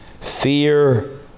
fear